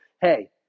Hey